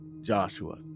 Joshua